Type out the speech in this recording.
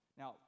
now